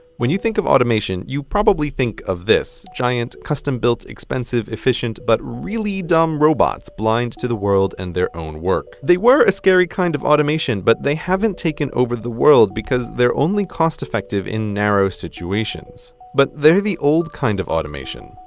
when you think of automation, you probably think of this giant, custom-built, expensive, efficient, but really dumb robots blind to the world and their own work. they were a scary kind of automation but they haven't taken over the world because they're only cost effective in narrow situations. but they're the old kind of automation,